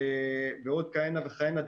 ועוד כהנה וכהנה דברים.